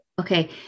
okay